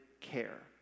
care